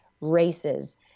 races